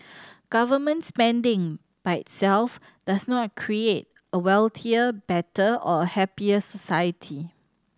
government spending by itself does not create a wealthier better or a happier society